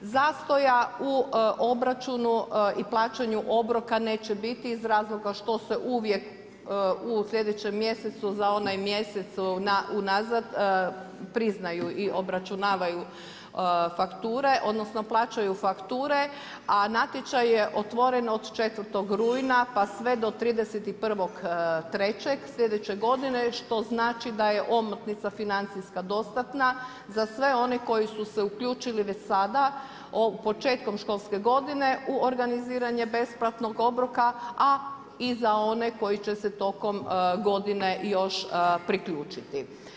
Zastoja u obračunu i plaćanju obroka neće biti iz razloga što se uvijek u sljedećem mjesecu za onaj mjesec unazad priznaju i obračunavaju fakture odnosno plaćaju fakture, a natječaj je otvoren od 4. rujna pa sve do 31.3. sljedeće godine što znači da je omotnica financijska dostatna za sve one koji su se uključili već sada početkom školske godine u organiziranje besplatnog obroka, a i za one koji će se tokom godine još priključiti.